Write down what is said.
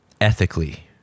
ethically